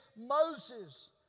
Moses